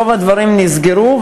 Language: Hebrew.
רוב הדברים נסגרו,